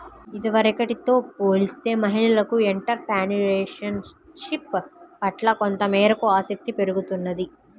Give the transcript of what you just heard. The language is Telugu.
ఇదివరకటితో పోలిస్తే మహిళలకు ఎంటర్ ప్రెన్యూర్షిప్ పట్ల కొంతమేరకు ఆసక్తి పెరుగుతున్నది